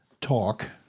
talk